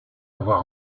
avoir